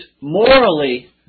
morally